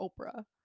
Oprah